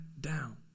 down